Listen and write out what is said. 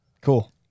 Cool